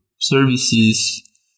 services